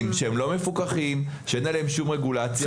שאינם מפוקחים ושאין עליהם שום רגולציה,